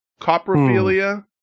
Coprophilia